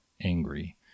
angry